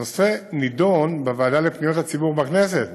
הנושא נדון בוועדה לפניות הציבור בכנסת,